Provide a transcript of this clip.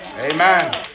amen